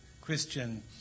Christian